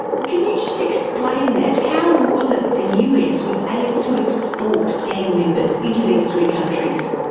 can you just explain that? how was it that the us was able to export gang members into these three countries?